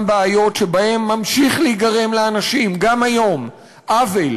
בעיות שבהם ממשיך להיגרם לאנשים גם היום עוול